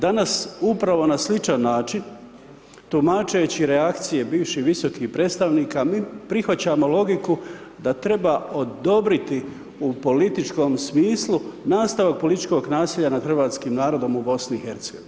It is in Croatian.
Danas upravo na sličan način tumačeći reakcije bivših visokih predstavnika mi prihvaćamo logiku da treba odobriti u političkom smislu nastavak političkog nasilja nad hrvatskim narodom u BiH.